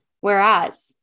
Whereas